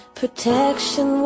protection